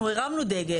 ירוק.